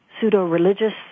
pseudo-religious